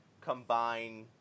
combine